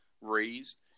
raised